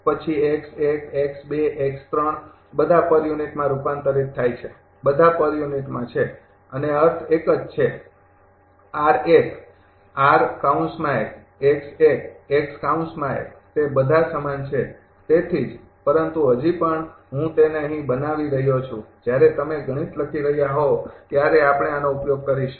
પછી બધા પર યુનિટમાં રૂપાંતરિત થાય છે બધા પર યુનિટમાં છે અને અર્થ એક જ છે તે બધા સમાન છે તેથી જ પરંતુ હજી પણ હું તેને અહીં બનાવી રહ્યો છું જ્યારે તમે ગણિત લખી રહ્યાં હોવ ત્યારે આપણે આનો ઉપયોગ કરીશું